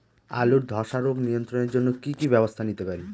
আলুর ধ্বসা রোগ নিয়ন্ত্রণের জন্য কি কি ব্যবস্থা নিতে পারি?